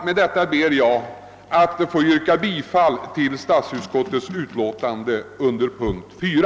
Med vad jag har anfört ber jag att få yrka bifall till statsutskottets hemställan under punkten 4.